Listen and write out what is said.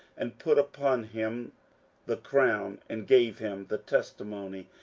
and put upon him the crown, and gave him the testimony,